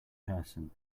person